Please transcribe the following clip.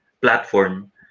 platform